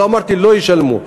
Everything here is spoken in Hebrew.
לא אמרתי שלא ישלמו,